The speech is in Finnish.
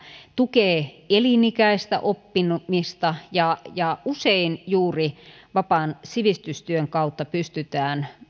tukee elinikäistä oppimista ja ja usein juuri vapaan sivistystyön kautta pystytään